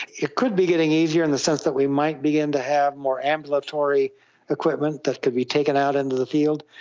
it could be getting easier in the sense that we might begin to have more ambulatory equipment that could be taken out into the field.